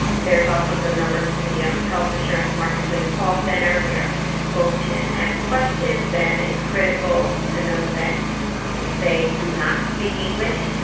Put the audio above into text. there's also the number to the um health assurance marketplace call center where folks can ask questions and it's critical to note that if they do not speak english,